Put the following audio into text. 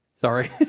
Sorry